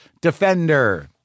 Defender